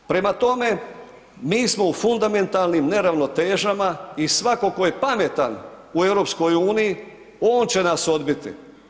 Prema tome, mi smo u fundamentalnim neravnotežama i svako ko je pametan u EU, on će nas odbiti.